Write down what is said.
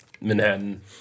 manhattan